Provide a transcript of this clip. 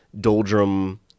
doldrum